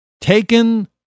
taken